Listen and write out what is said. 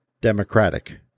Democratic